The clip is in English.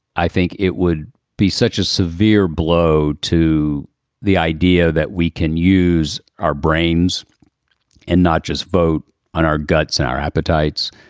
i think it would be such a severe blow to the idea that we can use our brains and not just vote on our guts and our appetites,